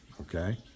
okay